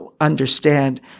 understand